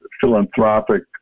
philanthropic